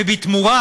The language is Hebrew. ובתמורה,